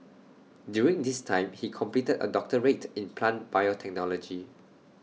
during this time he completed A doctorate in plant biotechnology